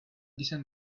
descended